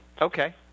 Okay